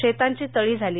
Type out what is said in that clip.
शेतांची तळी झाली